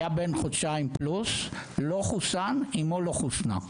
היה בן חודשיים ולא חוסן, גם אמו לא חוסנה.